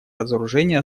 разоружения